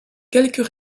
quelques